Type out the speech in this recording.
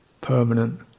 permanent